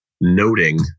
noting